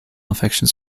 infections